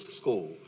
school